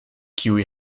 kiuj